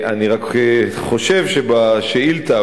אני רק חושב שבשאילתא,